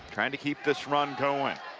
trying to keep this run going.